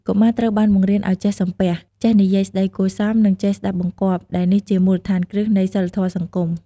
កុមារត្រូវបានបង្រៀនឱ្យចេះសំពះ ចេះនិយាយស្តីគួរសម និងចេះស្ដាប់បង្គាប់ ដែលនេះជាមូលដ្ឋានគ្រឹះនៃសីលធម៌សង្គម។